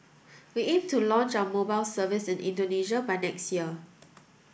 we aim to launch our mobile service in Indonesia by next year